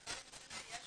זה בכלל לא משנה,